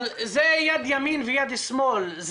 זה יד ימין ויד שמאל.